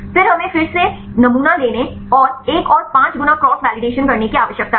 फिर हमें फिर से नमूना लेने और एक और 5 गुना क्रॉस वेलिडेशन करने की आवश्यकता है